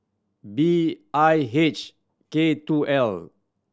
B I H K two L